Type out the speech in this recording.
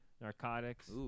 narcotics